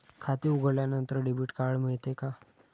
खाते उघडल्यानंतर debit card मिळते का?